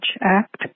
Act